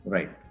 Right